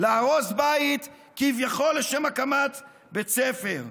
להרוס בית כביכול לשם הקמת בית ספר.